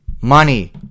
Money